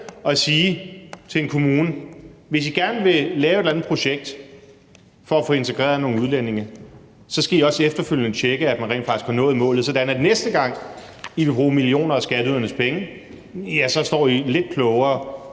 at sige til en kommune: Hvis I gerne vil lave et eller andet projekt for at få integreret nogle udlændinge, skal I også efterfølgende tjekke, at man rent faktisk har nået målet, sådan at næste gang I vil bruge millioner af skatteydernes penge, ja, så står I lidt klogere,